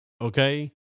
Okay